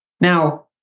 Now